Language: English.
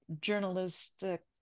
journalistic